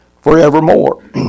forevermore